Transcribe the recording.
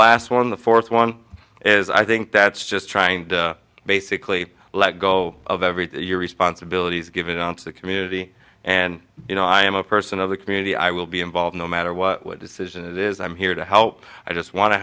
last one the fourth one is i think that's just trying to basically let go of everything your responsibilities give it on to the community and you know i am a person of the community i will be involved no matter what decision it is i'm here to help i just want to